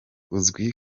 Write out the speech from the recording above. uzwi